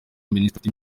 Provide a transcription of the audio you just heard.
minister